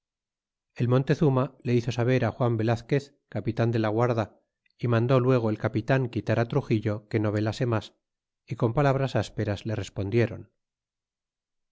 el montezuma le hizo saber á juan velazquez capital de la guarda y mandó luego el capitan quitar truxillo que no velase mas y con palabras ásperas le respondieron